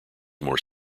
more